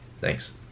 thanks